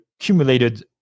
accumulated